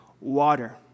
water